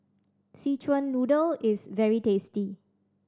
Szechuan Noodle is very tasty